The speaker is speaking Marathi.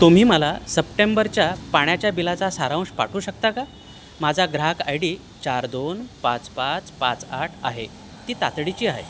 तुम्ही मला सप्टेंबरच्या पाण्याच्या बिलाचा सारांश पाठवू शकता का माझा ग्राहक आय डी चार दोन पाच पाच पाच आठ आहे ती तातडीची आहे